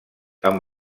amb